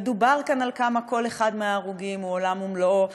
ונאמר כאן כמה כל אחד מההרוגים הוא עולם ומלואו,